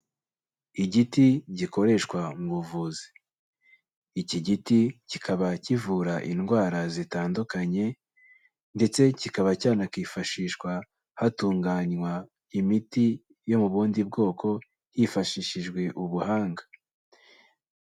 Igiti gikoreshwa mu buvuzi, iki giti kikaba kivura indwara zitandukanye, ndetse kikaba cyanakifashishwa hatunganywa imiti yo mu bundi bwoko, hifashishijwe ubuhanga.